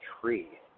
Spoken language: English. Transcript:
tree